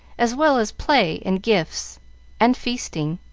as well as play and gifts and feasting.